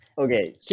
Okay